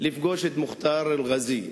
לפגוש את מוכתר אל-ע'אזיה.